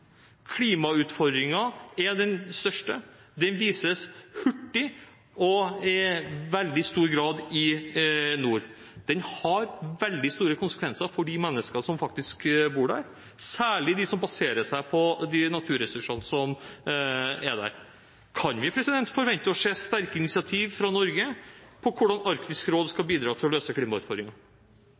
Klimautfordringen er den største – den vises hurtig og i veldig stor grad i nord. Den har veldig store konsekvenser for de menneskene som faktisk bor der, særlig de som baserer seg på de naturressursene som er der. Kan vi forvente å se sterke initiativ fra Norge på hvordan Arktisk råd skal bidra til å løse